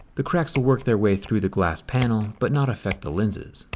the cracks will work their way through the glass panel, but not affect the lenses.